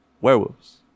werewolves